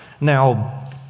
Now